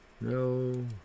no